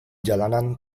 jalanan